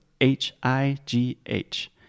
H-I-G-H